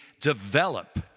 develop